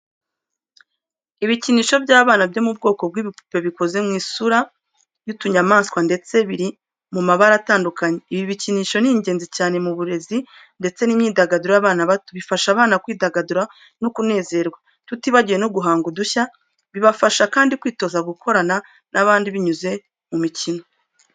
Ibikinisho by’abana byo mu bwoko bw'ibipupe bikoze mu isura y'utunyamaswa ndetse biri mu mabara atadukanye. Ibi bikinisho ni ingenzi cyane mu burezi ndetse n’imyidagaduro y’abana bato. Bifasha abana kwidagadura no kunezerwa tutibagiwe no guhanga udushya. Bibafasha kandi kwitoza gukorana n’abandi binyuze mu mikino.